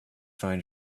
find